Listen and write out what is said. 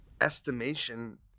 estimation